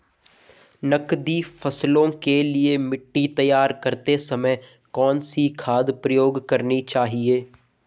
नकदी फसलों के लिए मिट्टी तैयार करते समय कौन सी खाद प्रयोग करनी चाहिए?